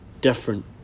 different